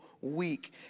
week